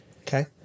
okay